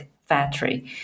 factory